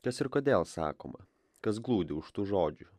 kas ir kodėl sakoma kas glūdi už tų žodžių